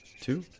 two